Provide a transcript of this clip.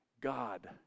God